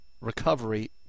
recovery